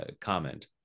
comment